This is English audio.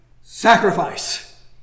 Sacrifice